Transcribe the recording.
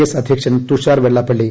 S അധ്യക്ഷൻ തുഷാർ വെള്ളാപ്പള്ളി